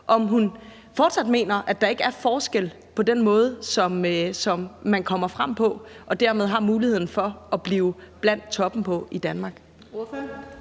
om hun fortsat mener, at der ikke er forskel på den måde, som man kommer frem på, og om man dermed har muligheden for at være blandt toppen i Danmark. Kl.